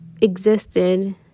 existed